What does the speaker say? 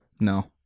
No